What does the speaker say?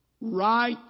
right